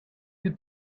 you